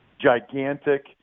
gigantic